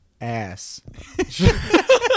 ass